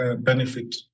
benefit